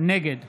נגד